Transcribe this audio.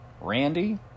Randy